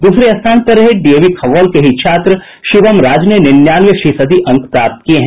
दूसरे स्थान पर रहे डीएवी खगौल के ही छात्र शिवम राज ने निन्यानवे फीसदी अंक प्राप्त किए हैं